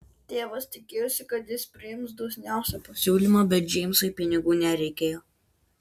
tėvas tikėjosi kad jis priims dosniausią pasiūlymą bet džeimsui pinigų nereikėjo